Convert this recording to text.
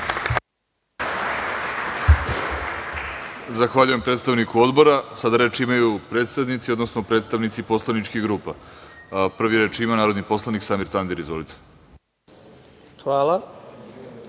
Zahvaljujem predstavniku Odbora. Sada reč imaju predsednici, odnosno predstavnici poslaničkih grupa. Reč ima narodni poslanik Samir Tandir. Izvolite. **Samir